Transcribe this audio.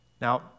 Now